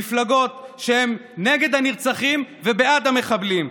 מפלגות שהן נגד הנרצחים ובעד המחבלים,